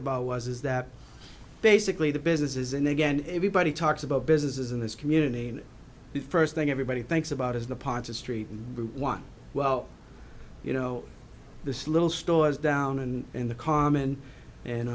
about was is that basically the businesses and again everybody talks about businesses in this community in the first thing everybody thinks about is the parts of street and one well you know this little stores down and in the common and